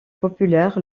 populaire